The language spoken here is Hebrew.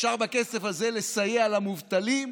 אפשר בכסף הזה לסייע למובטלים,